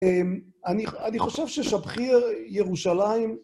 אני חושב ששבחי ירושלים...